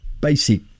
basic